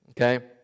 okay